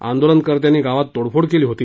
आंदोलनकर्त्यांनी गावात तोडफोड केली होती